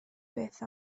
beth